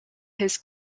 his